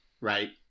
right